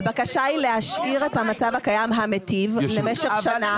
הבקשה היא להשאיר את המצב הקיים המיטיב למשך שנה.